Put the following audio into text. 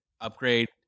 upgrade